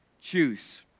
Choose